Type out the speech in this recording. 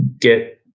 get